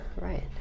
right